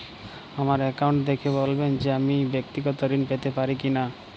আমার অ্যাকাউন্ট দেখে বলবেন যে আমি ব্যাক্তিগত ঋণ পেতে পারি কি না?